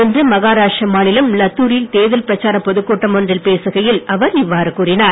இன்று மகாராஷ்டிர மாநிலம் லத்தாரில் தேர்தல் பிரச்சாரப் பொதுக் கூட்டம் ஒன்றில் பேசுகையில் அவர் இவ்வாறு கூறினார்